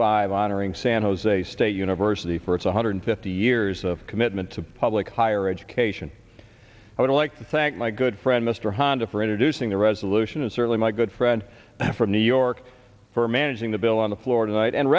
five honoring san jose state university for its one hundred fifty years of commitment to public higher education i would like to thank my good friend mr honda for introducing the resolution and certainly my good friend from new york for managing the bill on the floor tonight and